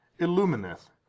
illumineth